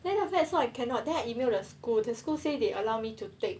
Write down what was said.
then after that so I cannot then I email the school the school say they allow me to take